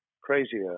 crazier